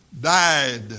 Died